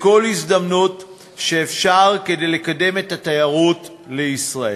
וכל הזדמנות לקדם את התיירות לישראל.